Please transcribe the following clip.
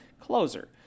closer